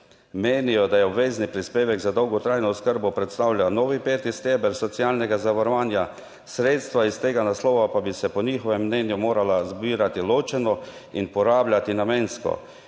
menijo, da je obvezni prispevek za dolgotrajno oskrbo predstavlja novi peti steber socialnega zavarovanja. Sredstva iz tega naslova pa bi se po njihovem mnenju morala zbirati ločeno in porabljati namensko,